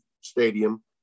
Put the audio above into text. Stadium